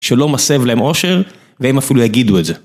שלא מסב להם עושר והם אפילו יגידו את זה.